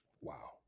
Wow